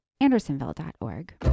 andersonville.org